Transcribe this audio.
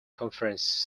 conference